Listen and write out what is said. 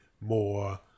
more